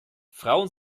frauen